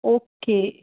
okay